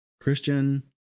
Christian